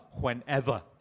whenever